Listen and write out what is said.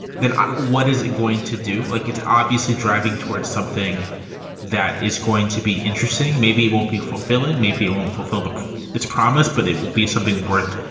then what is it going to do? like it's obviously driving towards something that is going to be interesting, maybe won't be fulfilling, maybe you won't fulfill its promise, but it will be something worth,